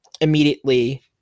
immediately